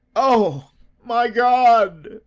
o my god,